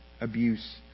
abuse